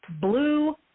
Blue